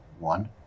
One